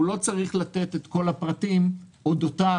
הוא לא צריך לתת את כל הפרטים אודותיו